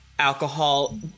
Alcohol